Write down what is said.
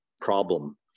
problem